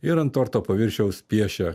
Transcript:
ir ant torto paviršiaus piešia